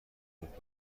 خوب